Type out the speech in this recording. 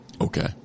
Okay